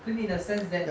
clean in a sense that